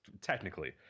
technically